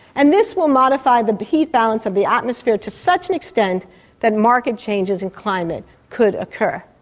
and this will modify the heat balance of the atmosphere to such an extent that marked changes in climate could occur.